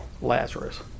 Lazarus